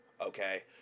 okay